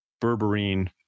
berberine